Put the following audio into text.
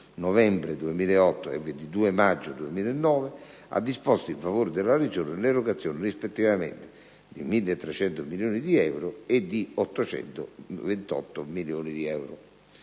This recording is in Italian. novembre 2008 e 22 maggio 2009, ha disposto in favore della Regione l'erogazione rispettivamente di 1.300 milioni di euro e di 828 milioni di euro.